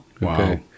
Wow